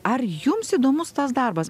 ar jums įdomus tas darbas